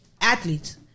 athletes